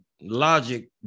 Logic